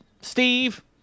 Steve